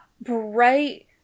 bright